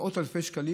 מאות אלפי שקלים,